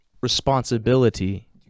responsibility